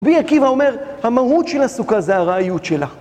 ורבי עקיבא אומר, המהות של הסוכה זה הארעיות שלה.